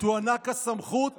תוענק הסמכות